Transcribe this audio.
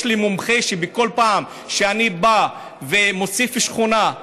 יש לי מומחה שבכל פעם שאני בא ומוסיף שכונה,